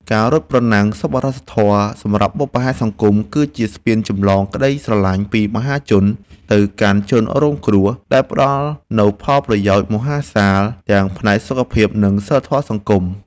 ការរត់ប្រណាំងសប្បុរសធម៌សម្រាប់បុព្វហេតុសង្គម គឺជាស្ពានចម្លងក្ដីស្រឡាញ់ពីមហាជនទៅកាន់ជនរងគ្រោះ ដែលផ្ដល់នូវផលប្រយោជន៍មហាសាលទាំងផ្នែកសុខភាព និងសីលធម៌សង្គម។